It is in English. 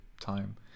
time